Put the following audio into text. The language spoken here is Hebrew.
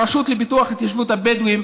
הרשות לפיתוח והתיישבות הבדואים,